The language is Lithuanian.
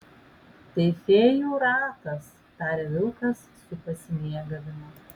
tai fėjų ratas taria vilkas su pasimėgavimu